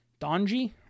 Donji